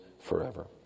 forever